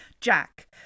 Jack